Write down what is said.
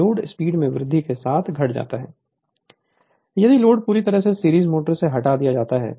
Refer Slide Time 2254 यदि load पूरी तरह से सीरीज मोटर से हटा दिया जाता है